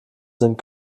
sind